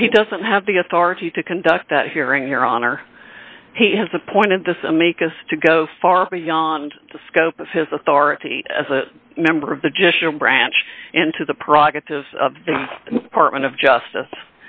but he doesn't have the authority to conduct that hearing your honor he has appointed this amicus to go far beyond the scope of his authority as a member of the just a branch into the product of part one of justice